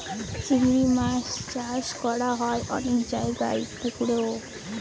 চিংড়ি মাছ চাষ করা হয় অনেক জায়গায় পুকুরেও